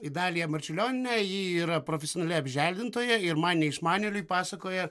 idaliją marčiulionienę ji yra profesionali apželdintoja ir man neišmanėliui pasakoja